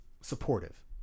supportive